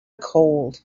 cold